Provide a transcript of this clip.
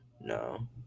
no